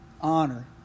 Honor